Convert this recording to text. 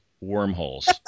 wormholes